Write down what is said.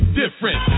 different